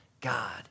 God